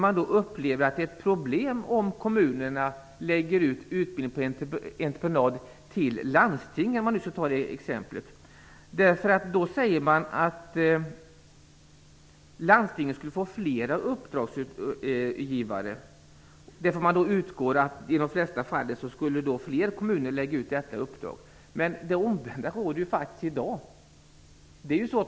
Man upplever att det är ett problem om kommunerna lägger ut utbildning på entreprenad till exempelvis landstingen. Man säger att landstingen skulle få flera uppdragsgivare. Man utgår från att kommunerna i de flesta fall skulle lägga ut detta uppdrag. Men det omvända råder ju faktiskt i dag.